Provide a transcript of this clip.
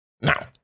Now